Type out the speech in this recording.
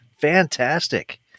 Fantastic